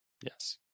Yes